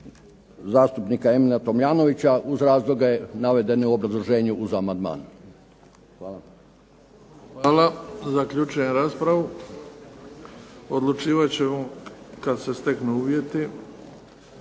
zastupnika Emila Tomljanovića uz razloge navede u obrazloženju uz amandman. **Bebić, Luka (HDZ)** Hvala. Zaključujem raspravu. Odlučivat ćemo kada se steknu uvjeti.